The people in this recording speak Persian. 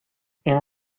این